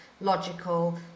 logical